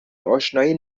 اشنایی